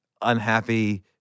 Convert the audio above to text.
unhappy